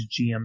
GM